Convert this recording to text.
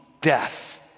death